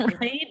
right